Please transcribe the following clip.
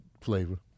flavor